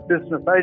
Business